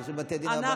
זה פשוט בתי דין רבניים,